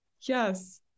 Yes